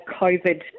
COVID